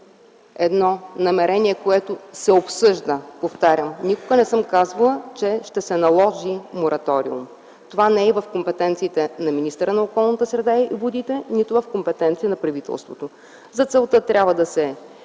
едно намерение, което се обсъжда – повтарям, никога не съм казвала, че ще се наложи мораториум. Това не е в компетенциите на министъра на околната среда на водите, нито в компетенциите на правителството. За целта трябва да се